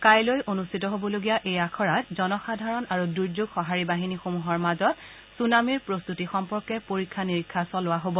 কাইলৈ অনুষ্ঠিত হ'বলগীয়া এই আখৰাত জনসাধাৰণ আৰু দূৰ্যোগ সহাৰি বাহিনীসমূহৰ মাজত ছুনামিৰ প্ৰস্ত্বতি সম্পৰ্কে পৰীক্ষা নিৰীক্ষা চলোৱা হব